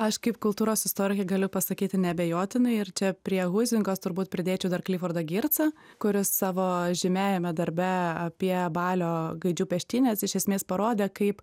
aš kaip kultūros istorikė galiu pasakyti neabejotinai ir čia prie huizingos turbūt pridėčiau dar klifordą gircą kuris savo žymiajame darbe apie balio gaidžių peštynes iš esmės parodė kaip